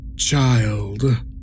Child